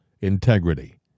integrity